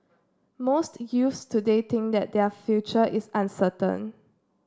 most youths today think that their future is uncertain